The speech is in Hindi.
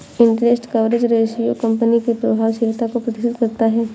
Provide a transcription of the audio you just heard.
इंटरेस्ट कवरेज रेशियो कंपनी की प्रभावशीलता को प्रदर्शित करता है